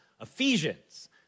Ephesians